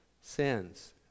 sins